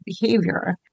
behavior